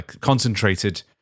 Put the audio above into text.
concentrated